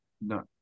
No